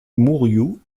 mourioux